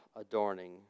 adorning